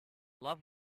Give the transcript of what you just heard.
love